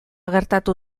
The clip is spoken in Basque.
gertatu